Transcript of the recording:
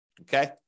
okay